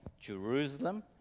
Jerusalem